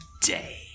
day